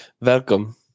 Welcome